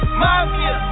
mafia